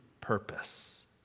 purpose